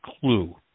clue